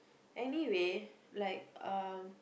anyway like uh